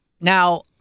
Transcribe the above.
Now